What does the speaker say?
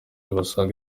basaga